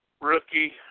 rookie